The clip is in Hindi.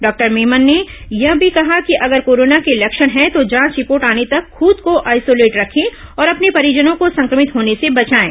डॉक्टर मेमन ने यह भी कहा कि अगर कोरोना के लक्षण है तो जांच रिपोर्ट आने तक खूद को आइसोलेट रखें और अपने परिजनों को संक्रमित होने से बचाएं